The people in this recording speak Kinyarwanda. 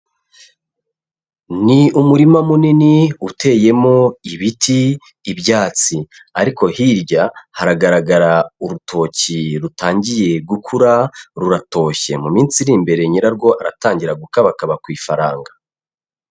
Ni umurima munini uteyemo ibiti, ibyatsi, ariko hirya haragaragara urutoki rutangiye gukura ruratoshye. Mu minsi iri imbere nyirarwo aratangira gukabakaba ku ifaranga.